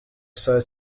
saa